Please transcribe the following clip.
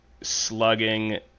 slugging